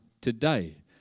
today